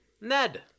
Ned